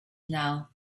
now